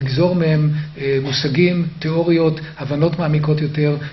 גזור מהם, מושגים, תיאוריות, הבנות מעמיקות יותר